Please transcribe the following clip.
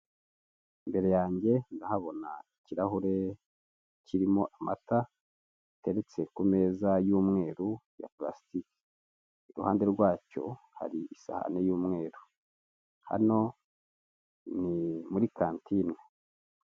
Imbere yange ndahabona ikirahure kirimo amata ateretse ku meza y'umweru ya purasitiki, iruhande rwacyo hari isahani y'umweru, hano ni muri kantine.